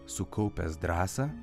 sukaupęs drąsą